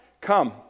Come